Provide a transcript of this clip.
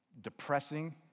depressing